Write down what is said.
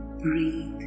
Breathe